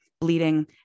bleeding